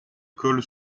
colle